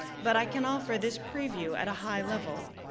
but i can offer this preview at a high level.